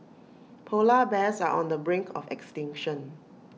Polar Bears are on the brink of extinction